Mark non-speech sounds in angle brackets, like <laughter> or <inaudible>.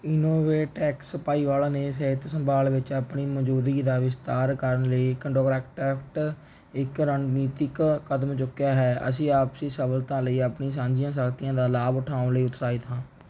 InnovateX ਭਾਈਵਾਲ ਨੇ ਸਿਹਤ ਸੰਭਾਲ ਵਿੱਚ ਆਪਣੀ ਮੌਜੂਦਗੀ ਦਾ ਵਿਸਤਾਰ ਕਰਨ ਲਈ <unintelligible> ਇੱਕ ਰਣਨੀਤਕ ਕਦਮ ਚੁੱਕਿਆ ਹੈ ਅਸੀਂ ਆਪਸੀ ਸਫਲਤਾ ਲਈ ਆਪਣੀਆਂ ਸਾਂਝੀਆਂ ਸ਼ਕਤੀਆਂ ਦਾ ਲਾਭ ਉਠਾਉਣ ਲਈ ਉਤਸ਼ਾਹਿਤ ਹਾਂ